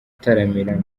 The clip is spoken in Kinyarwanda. gutaramira